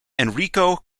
enrico